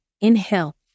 Inhale